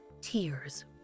tears